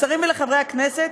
לשרים ולחברי הכנסת,